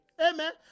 amen